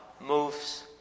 moves